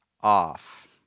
off